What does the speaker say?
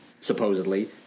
supposedly